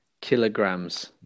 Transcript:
kilograms